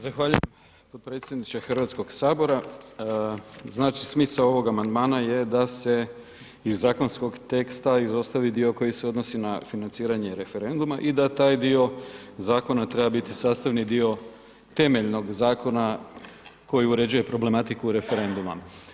Zahvaljujem podpredsjedniče Hrvatskog sabora, znači smisao ovog amandmana je da se iz zakonskog teksta izostavi dio koji se odnosi na financiranje referenduma i da taj dio zakona treba biti sastavni dio temeljnog zakona koji uređuje problematiku referenduma.